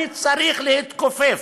אני צריך להתכופף.